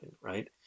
right